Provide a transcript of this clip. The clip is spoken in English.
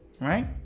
right